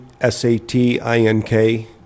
S-A-T-I-N-K